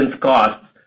costs